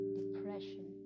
depression